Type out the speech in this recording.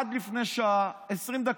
עד לפני שעה, 20 דקות,